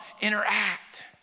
interact